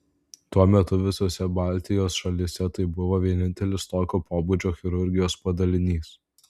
tuo metu visose baltijos šalyse tai buvo vienintelis tokio pobūdžio chirurgijos padalinys